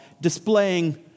displaying